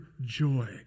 joy